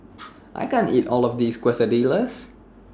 I can't eat All of This Quesadillas